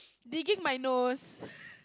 digging my nose